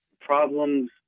problems